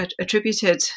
attributed